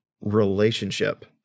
relationship